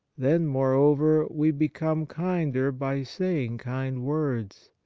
then, moreover, we become kinder by saying kind words,